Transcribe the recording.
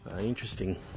interesting